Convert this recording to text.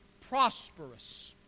prosperous